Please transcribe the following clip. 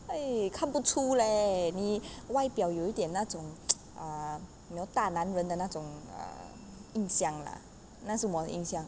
eh 看不出 leh 你外表有点那种 ah you know 大男人的 ah 那种印象 lah 那是我的印象